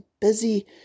busy